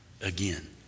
again